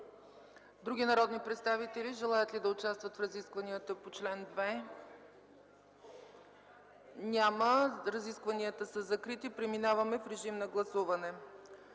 други народни представители, които желаят да участват в разискванията по чл. 2? Няма. Разискванията са закрити, преминаваме към гласуване.